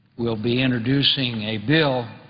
will be introducing a bill